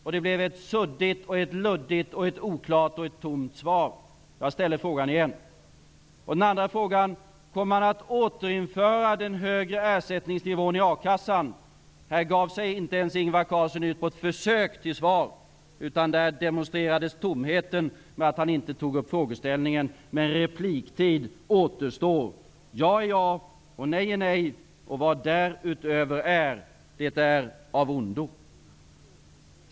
Det blev ett suddigt och luddigt och oklart och tomt svar. Jag ställer frågan igen. Den andra frågan var: Kommer ni att återinföra den högre ersättningsnivån i a-kassan? Ingvar Carlsson gav sig här inte ens in i ett försök till svar, utan tomheten demonstrerades genom att han inte tog upp frågeställningen. Men repliktid återstår. Ja är ja, och nej är nej, och vad därutöver är, det är av ondo.